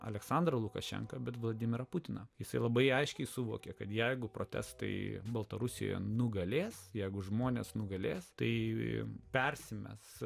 aleksandru lukašenka bet vladimirą putiną jisai labai aiškiai suvokė kad jeigu protestai baltarusijoje nugalės jeigu žmonės nugalės tai jiems persimes